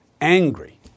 angry